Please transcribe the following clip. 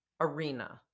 arena